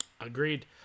Agreed